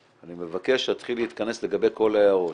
אני מבקש להתחיל להתכנס לגבי כל ההערות.